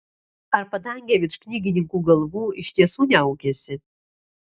ar padangė virš knygininkų galvų iš tiesų niaukiasi